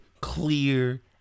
clear